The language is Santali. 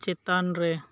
ᱪᱮᱛᱟᱱ ᱨᱮ